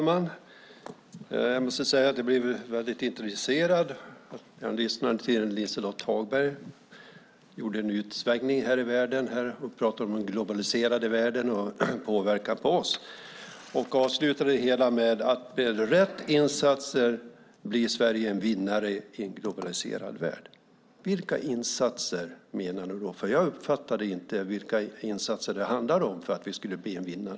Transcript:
Herr talman! Det var intressant att lyssna på Liselott Hagberg. Hon gjorde en utvikning och pratade om den globaliserade världen och dess påverkan på oss. Hon avslutade det hela med att med rätt insatser blir Sverige en vinnare i en globaliserad värld. Vilka insatser menar Liselott Hagberg? Jag uppfattade inte vilka insatser det handlar om för att vi ska bli vinnare.